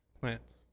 Plants